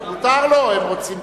מותר לו.